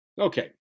Okay